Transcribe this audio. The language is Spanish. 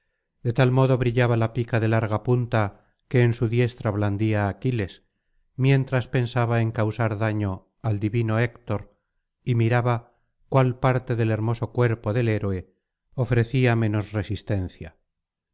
de tal modo brillaba la pica de larga punta que en su diestra blandía aquiles mientras pensaba en causar daño al divino héctor y miraba cuál parte del hermoso cuerpo del héroe ofrecería menos resistencia